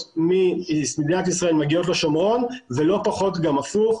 ממדינת ישראל מגיעות לשומרון ולא פחות גם הפוך.